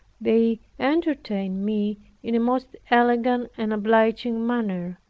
they entertained me in a most elegant and obliging manner,